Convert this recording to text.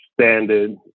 standard